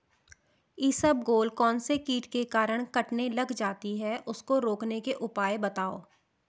इसबगोल कौनसे कीट के कारण कटने लग जाती है उसको रोकने के उपाय बताओ?